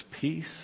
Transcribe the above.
peace